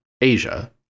Asia